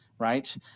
Right